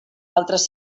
altres